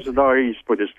susidaro įspūdis